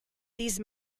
these